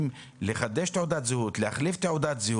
לחדש תעודת זהות או להחליף אותה.